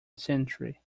century